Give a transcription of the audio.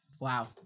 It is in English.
Wow